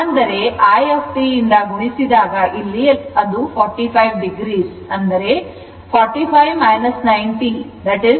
ಅಂದರೆ i t ಇಂದ ಗುಣಿಸಿದಾಗ ಇಲ್ಲಿ ಅದು 45 o ಆದ್ದರಿಂದ 45 90 ಅದು 45 o ಆಗುತ್ತದೆ